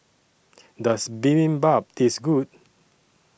Does Bibimbap Taste Good